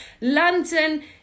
London